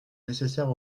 nécessaire